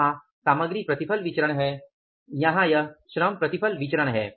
वहाँ सामग्री प्रतिफल विचरण है यहाँ यह श्रम प्रतिफल विचरण है